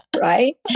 Right